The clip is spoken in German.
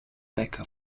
becker